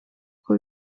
uko